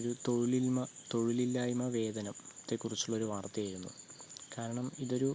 ഒരു തൊഴിലിൽമ തൊഴിലില്ലായ്മ വേതനം ത്തെ കുറിച്ചുള്ളൊരു വാർത്തയായിരുന്നു കാരണം ഇതൊരു